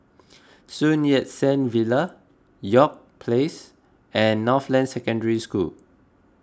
Sun Yat Sen Villa York Place and Northland Secondary School